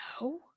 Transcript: No